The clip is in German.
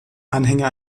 anhänger